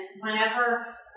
whenever